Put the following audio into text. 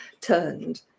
turned